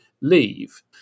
leave